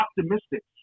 optimistic